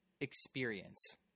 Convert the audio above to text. experience